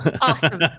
Awesome